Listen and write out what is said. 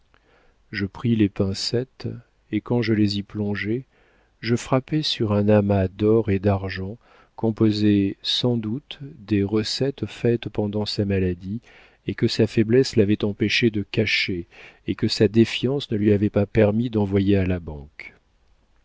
je pris les pincettes et quand je les y plongeai je frappai sur un amas d'or et d'argent composé sans doute des recettes faites pendant sa maladie et que sa faiblesse l'avait empêché de cacher ou que sa défiance ne lui avait pas permis d'envoyer à la banque